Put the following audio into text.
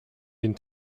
den